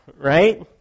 right